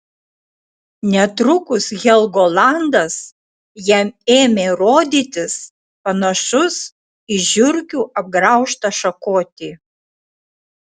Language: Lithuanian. netrukus helgolandas jam ėmė rodytis panašus į žiurkių apgraužtą šakotį